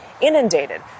inundated